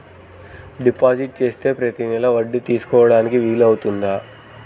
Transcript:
Deposit చేస్తే ప్రతి నెల వడ్డీ తీసుకోవడానికి వీలు అవుతుందా?